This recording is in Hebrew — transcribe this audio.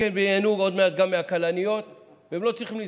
וייהנו עוד מעט גם מהכלניות והם לא צריכים לנסוע.